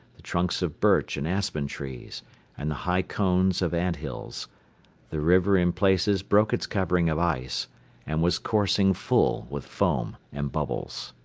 the trunks of birch and aspen trees and the high cones of ant hills the river in places broke its covering of ice and was coursing full with foam and bubbles.